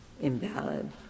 invalid